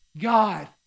God